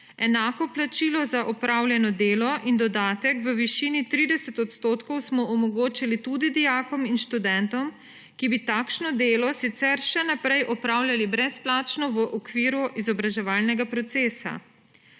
enako plačilo za opravljeno delo in dodatek v višini 30 % smo omogočili tudi dijakom in študentom, ki bi takšno delo sicer še naprej opravljali brezplačno v okviru izobraževalnega procesa;